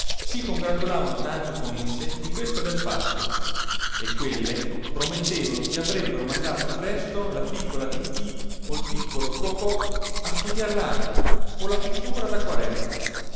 si congratulavano tanto con esse di questo bel fatto e quelle promettevano che avrebbero mandato presto la piccola tittì o il piccolo cocò a studiar l'arpa o la pittura